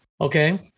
okay